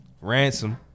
Ransom